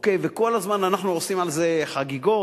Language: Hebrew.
וכל הזמן אנחנו עושים על זה חגיגות,